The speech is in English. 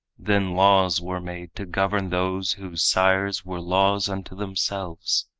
then laws were made to govern those whose sires were laws unto themselves.